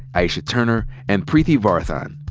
aisha turner, and preeti varathan,